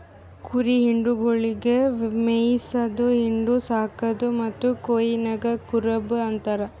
ಕುರಿ ಹಿಂಡುಗೊಳಿಗ್ ಮೇಯಿಸದು, ಹಿಂಡು, ಸಾಕದು ಮತ್ತ್ ಕಾಯೋನಿಗ್ ಕುರುಬ ಅಂತಾರ